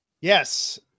yes